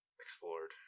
explored